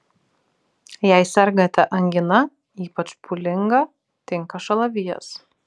jei sergate angina ypač pūlinga tinka šalavijas